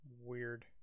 weird